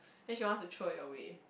then she wants to throw it away